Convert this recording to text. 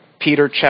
Peter